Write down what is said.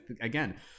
again